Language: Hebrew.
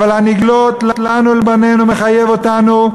אבל הנגלות לנו ולבנינו מחייב אותנו.